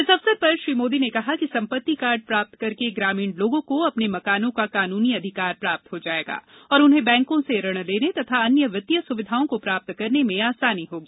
इस अवसर पर श्री मोदी ने कहा कि सम्पत्ति कार्ड प्राप्त करके ग्रामीण लोगों को अपने मकानों का कानूनी अधिकार प्राप्त हो जाएगा और उन्हें बैंकों से ऋण लेने तथा अन्य वित्तीय सुविधाओं को प्राप्त करने में आसानी होगी